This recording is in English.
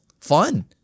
fun